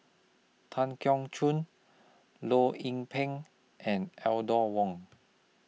Tan Keong Choon Loh Lik Peng and Wong